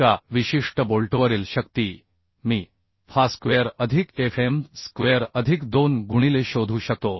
एका विशिष्ट बोल्टवरील शक्ती मी Faस्क्वेअर अधिक Fm स्क्वेअर अधिक 2 गुणिले शोधू शकतो